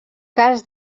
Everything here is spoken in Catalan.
cas